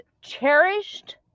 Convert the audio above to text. cherished